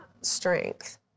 strength